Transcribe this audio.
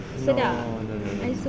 no no no no no